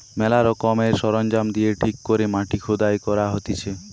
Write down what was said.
ম্যালা রকমের সরঞ্জাম দিয়ে ঠিক করে মাটি খুদাই করা হতিছে